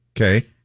okay